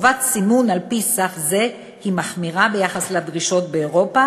חובת סימון על-פי סך זה היא מחמירה ביחס לדרישות באירופה